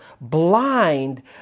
blind